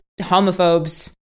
homophobes